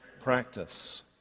practice